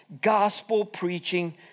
gospel-preaching